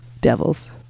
devils